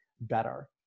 better